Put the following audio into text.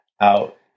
out